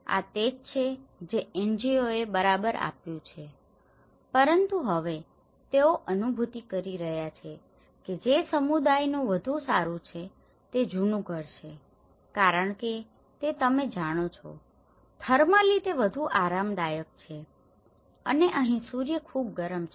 આ તે જ છે જે NGO એ બરાબર આપ્યું છે પરંતુ હવે તેઓ અનુભૂતિ કરી રહ્યા છે કે જે સમુદાયનું વધુ સારું છે તે જૂનું ઘર છે કારણ કે તે તમે જાણો છો થર્મલી તે વધુ આરામદાયક છે અને અહીં સૂર્ય ખૂબ ગરમ છે